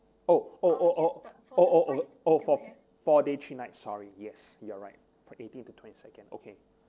oh oh oh oh oh oh for four day three night sorry yes you are right for eighteen to twenty second okay